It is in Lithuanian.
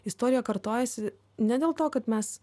istorija kartojasi ne dėl to kad mes